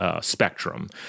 spectrum